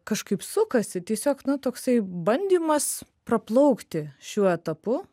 kažkaip sukasi tiesiog nu toksai bandymas praplaukti šiuo etapu